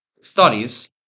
studies